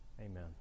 amen